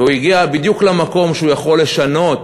והוא הגיע בדיוק למקום שבו הוא יכול לשנות